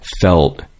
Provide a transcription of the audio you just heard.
felt